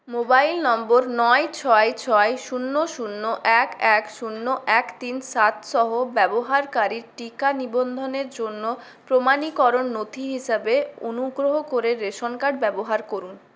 mobile নম্বর নয় ছয় ছয় শূন্য শূন্য এক এক শূন্য তিন সাত সহ ব্যবহারকারীর টিকা নিবন্ধনের জন্য প্রমাণীকরণ নথি হিসাবে অনুগ্রহ করে রেশন কার্ড ব্যবহার করুন